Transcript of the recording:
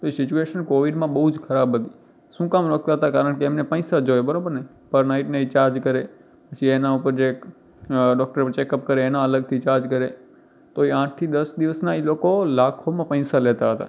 એ situation કોવિડમાં બહુ જ ખરાબ હતી શું કામ રોકતા હતા કારણ કે એમને પૈસા જોઈએ બરાબરને પર નાઇટના એ ચાર્જ કરે પછી એના ઉપર જે ડૉક્ટર ચૅકઅપ કરે એના અલગથી ચાર્જ કરે તો આઠથી દસ દિવસના એ લોકો લાખોમાં પૈસા લેતા હતા